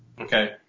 Okay